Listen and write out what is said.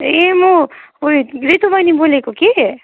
ए म उयो रितु बैनी बोलेको कि